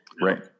Right